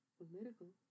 political